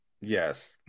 Yes